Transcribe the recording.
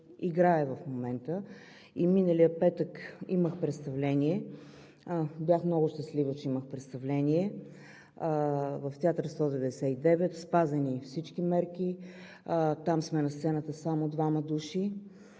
играе в момента. Миналия петък имах представление. Бях много щастлива, че имах представление в Театър 199, със спазени всички мерки. Там на сцената сме само два души.